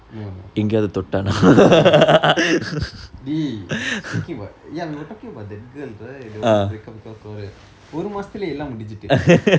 no no no dey dey speaking about ya we were talking about that girl right the one break up cause quarrel ஒரு மாதத்திலே எல்லாம் முடிந்துட்டு:oru maathathillae ellam mudinthuttu